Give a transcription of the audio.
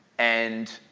and